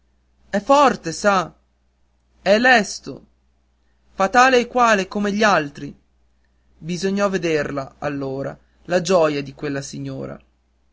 è forte sa è lesto fa tale e quale come gli altri bisognò vederla allora la gioia di quella signora